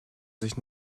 sich